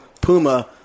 puma